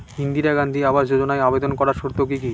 ইন্দিরা গান্ধী আবাস যোজনায় আবেদন করার শর্ত কি কি?